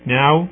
now